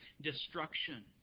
destruction